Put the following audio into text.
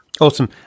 awesome